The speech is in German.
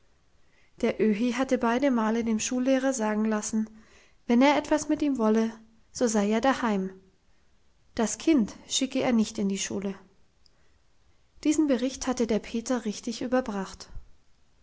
der öhi hatte beide male dem schullehrer sagen lassen wenn er etwas mit ihm wolle so sei er daheim das kind schicke er nicht in die schule diesen bericht hatte der peter richtig überbracht